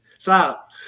Stop